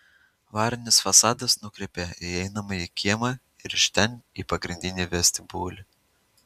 varinis fasadas nukreipia į įeinamąjį kiemą ir iš ten į pagrindinį vestibiulį